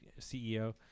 ceo